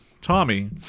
tommy